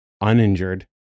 uninjured